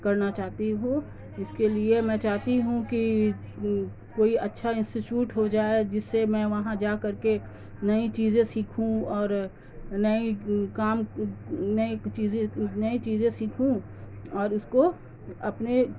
کرنا چاہتی ہوں اس کے لیے میں چاہتی ہوں کہ کوئی اچھا انسٹیچوٹ ہو جائے جس سے میں وہاں جا کر کے نئی چیزیں سیکھوں اور نئی کام نئی چیزیں نئی چیزیں سیکھوں اور اس کو اپنے